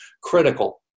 critical